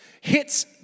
hits